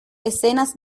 escenas